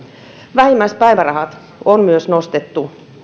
vähimmäispäivärahoja on myös nostettu